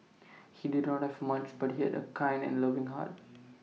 he did not have much but he had A kind and loving heart